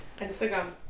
Instagram